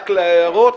רק להערות,